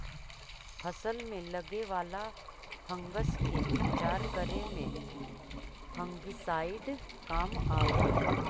फसल में लगे वाला फंगस के उपचार करे में फंगिसाइड काम आवऽ हई